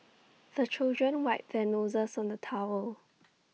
the children wipe their noses on the towel